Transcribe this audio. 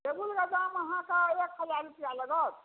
टेबुलके दाम अहाँकेँ एक हजार रुपैआ लागत